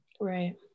Right